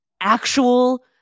actual